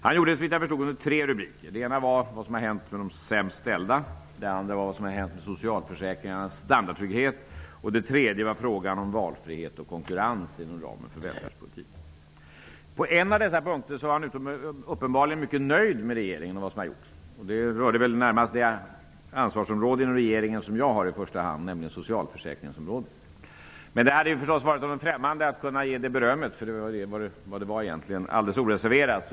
Han gjorde det under tre rubriker: vad som har hänt med de sämst ställda, vad som har hänt med socialförsäkringarnas standardtrygghet och vad som hänt i fråga om valfrihet och konkurrens inom ramen för välfärdspolitiken. På en av dessa punkter var han uppenbarligen mycket nöjd med regeringen och vad som har gjorts. Det rörde närmast det ansvarsområde som i första hand jag har, nämligen socialförsäkringsområdet. Men det hade naturligtvis varit honom främmande att ge ett sådant beröm -- det var vad det egentligen var -- alldeles oreserverat.